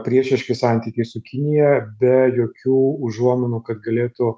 priešiški santykiai su kinija be jokių užuominų kad galėtų